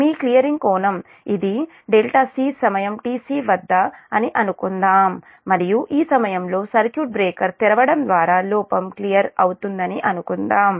మీ clearing కోణం ఇదిc సమయం tc వద్ద అని అనుకుందాం మరియు ఈ సమయంలో సర్క్యూట్ బ్రేకర్ తెరవడం ద్వారా లోపం క్లియర్ అవుతుందని అనుకుందాం